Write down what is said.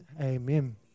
amen